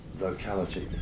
locality